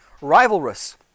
rivalrous